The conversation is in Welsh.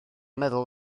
meddwl